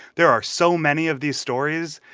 there are so many of these stories.